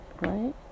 right